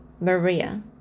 Maria